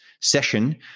session